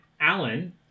Alan